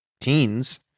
teens